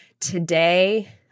today